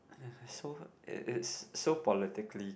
so it's so it's so politically